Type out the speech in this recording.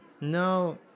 No